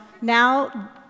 Now